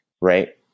right